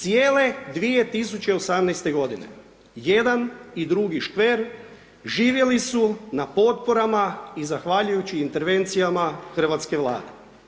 Cijele 2018.-te godine i jedan i drugi škver živjeli su na potporama i zahvaljujući intervencijama hrvatske Vlade.